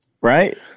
Right